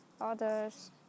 others